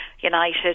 United